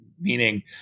Meaning